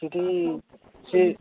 ସେଠି ସେ